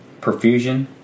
perfusion